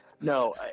No